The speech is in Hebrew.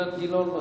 אילן גילאון?